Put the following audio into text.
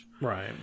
Right